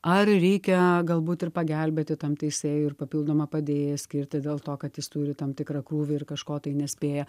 ar reikia galbūt ir pagelbėti tam teisėjui ir papildomą padėjėją skirti dėl to kad jis turi tam tikrą krūvį ir kažko tai nespėja